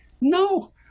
No